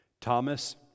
Thomas